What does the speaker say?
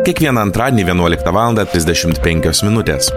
kiekvieną antradienį vienuoliktą valandą trisdešimt penkios minutės